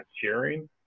cheering